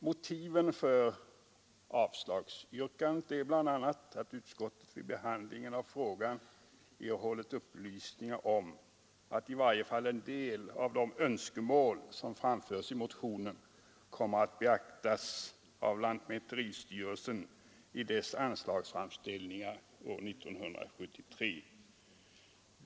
Motiven för avslagsyrkandet är bl.a. att utskottet vid behandlingen av frågan fått upplysningar om att i varje fall en del av de önskemål som framförts i motionen kommer att beaktas av lantmäteristyrelsen i styrelsens anslagsframställningar år 1973.